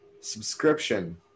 subscription